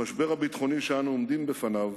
המשבר הביטחוני שאנו עומדים בפניו,